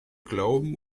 glauben